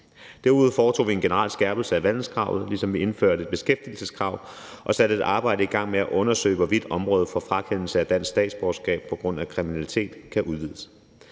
Derudover foretog vi en generel skærpelse af vandelskravet, ligesom vi indførte et beskæftigelseskrav og satte et arbejde i gang med at undersøge, hvorvidt området for frakendelse af dansk statsborgerskab på grund af kriminalitet kan udvides.